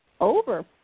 over